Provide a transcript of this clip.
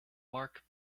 mark